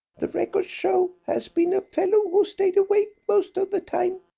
the records show, has been a fellow who stayed awake most of the time,